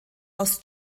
aus